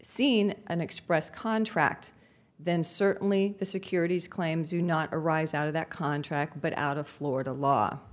seen an express contract then certainly the securities claims to not arise out of that contract but out of florida